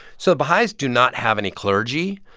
so baha'is do not have any clergy,